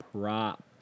prop